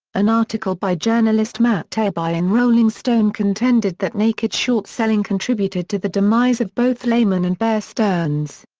an article by journalist matt taibbi in rolling stone contended that naked short selling contributed to the demise of both lehman and bear stearns.